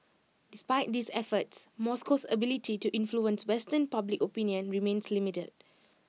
despite these efforts Moscow's ability to influence western public opinion remains limited